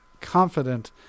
confident